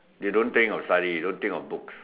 you don't think of study you don't think of books